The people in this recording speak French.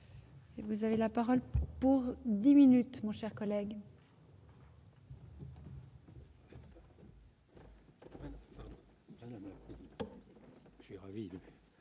vous avez la parole pour 10 minutes, mon cher collègue.